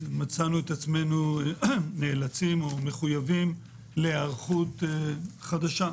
מצאנו את עצמנו נאלצים או מחויבים להיערכות חדשה,